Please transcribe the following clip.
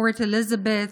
פורט אליזבת.